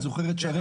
את זוכרת, שרן?